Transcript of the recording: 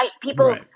people